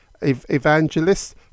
evangelist